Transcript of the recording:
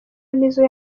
nizzo